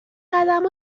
قدم